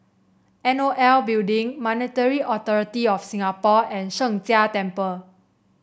N O L Building Monetary Authority Of Singapore and Sheng Jia Temple